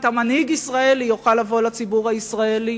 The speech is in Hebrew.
אתה מנהיג ישראלי יוכל לבוא לציבור הישראלי